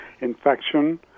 infection